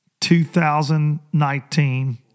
2019